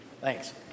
Thanks